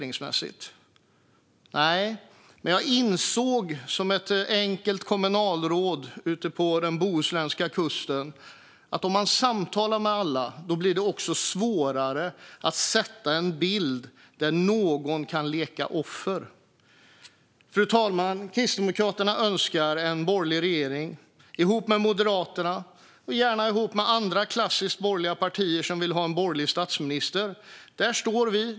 Nej, men som enkelt kommunalråd ute på den bohuslänska kusten insåg jag att om man samtalar med alla blir det också svårare att skapa en bild där någon kan leka offer. Fru talman! Kristdemokraterna önskar en borgerlig regering ihop med Moderaterna och gärna med andra klassiskt borgerliga partier som vill ha en borgerlig statsminister. Där står vi.